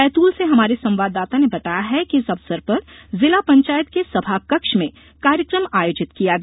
बैतूल से हमारे संवाददाता ने बताया है कि इस अवसर पर जिला पंचायत के सभा कक्ष में कार्यकम आयोजित किया गया